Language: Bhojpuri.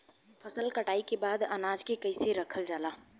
फसल कटाई के बाद अनाज के कईसे रखल जाला?